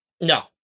No